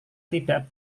tidak